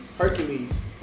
Hercules